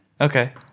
Okay